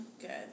Good